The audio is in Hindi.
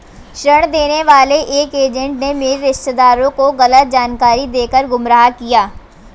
ऋण देने वाले एक एजेंट ने मेरे रिश्तेदार को गलत जानकारी देकर गुमराह किया